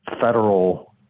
Federal